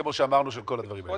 כמו שאמרנו, של כל הדברים האלה.